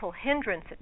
hindrance